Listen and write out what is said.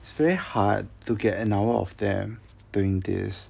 it's very hard to get an hour of them doing this